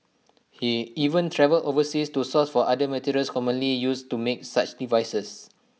he even travelled overseas to source for other materials commonly used to make such devices